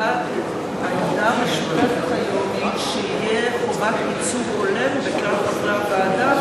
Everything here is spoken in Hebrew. העמדה המשותפת היום היא שתהיה חובת ייצוג הולם בין כלל חברי הוועדה,